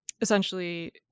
essentially